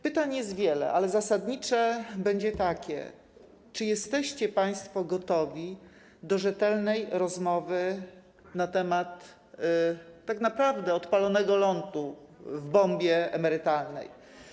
Pytań jest wiele, ale zasadnicze będzie takie: Czy jesteście państwo gotowi do rzetelnej rozmowy na temat tak naprawdę odpalonego lontu w bombie emerytalnej?